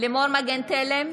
לימור מגן תלם,